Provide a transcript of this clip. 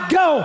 go